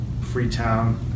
Freetown